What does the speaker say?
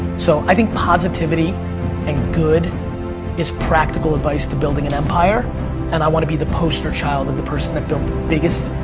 so i think positivity and good is practical advise to building an empire and i want to be the poster child of the person that built the biggest,